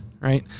right